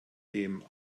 dem